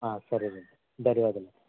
ఆ సరేనండి ధన్యవాదాలండి